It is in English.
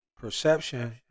perception